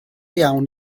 iawn